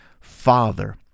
Father